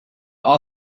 are